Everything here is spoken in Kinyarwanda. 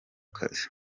kazi